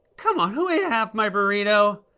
come on! who ate half my burrito!